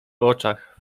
oczach